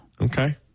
Okay